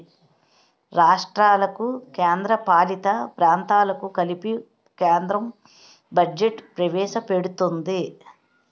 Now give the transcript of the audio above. రాష్ట్రాలకు కేంద్రపాలిత ప్రాంతాలకు కలిపి కేంద్రం బడ్జెట్ ప్రవేశపెడుతుంది